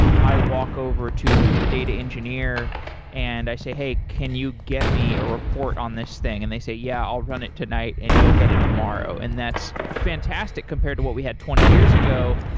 i walk over to the data engineer and i say, hey, can you get me a report on this thing? and they say, yeah. i'll run it tonight and you'll get it tomorrow, and that's fantastic compared to what we had twenty years ago.